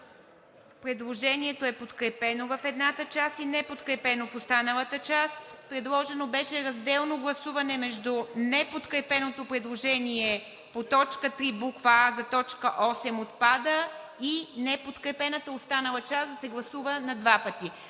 Предложението е подкрепено в едната си част и неподкрепено в останалата част. Предложено беше разделно гласуване между неподкрепеното предложение по т. 3, буква „а“ за т. 8 да отпадне и подкрепената останала част и да се гласува на два пъти.